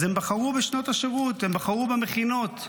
אז הם בחרו בשנת השירות, הם בחרו במכינות.